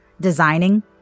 designing